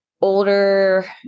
older